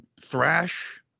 thrash